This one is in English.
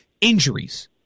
Injuries